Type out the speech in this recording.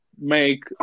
make